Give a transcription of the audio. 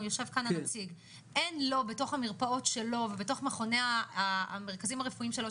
יושב כאן הנציג - אין לו בתוך המרפאות שלו ובתוך המרכזים הרפואיים שלו.